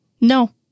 No